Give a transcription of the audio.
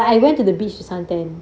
I went to the beach to suntan